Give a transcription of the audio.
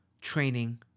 training